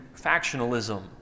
factionalism